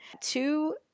Two